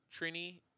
Trini